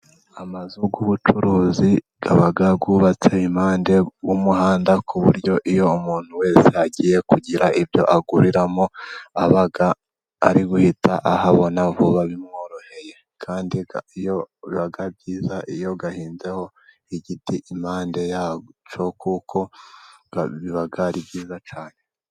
Amazu y'ubucuruzi aba yubatse iruhande rw'umuhanda, ku buryo iyo umuntu wese agiye kugira ibyo aguriramo, aba ari guhita ahabona vuba bimworoheye, kandi biba byiza iyo ahinzeho igiti iruhande rwa yo kuko biba ari byiza cyane.